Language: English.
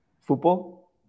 football